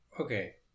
okay